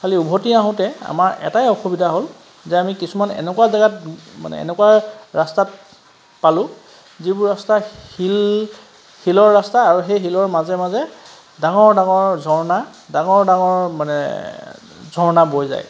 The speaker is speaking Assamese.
খালী উভতি আহোঁতে আমাৰ এটাই অসুবিধা হ'ল যে আমি কিছুমান এনেকুৱা জেগাত মানে এনেকুৱা ৰাস্তাত পালোঁ যিবোৰ ৰাস্তা শিল শিলৰ ৰাস্তা আৰু সেই শিলৰ মাজে মাজে ডাঙৰ ডাঙৰ ঝৰ্ণা ডাঙৰ ডাঙৰ মানে ঝৰ্ণা বৈ যায়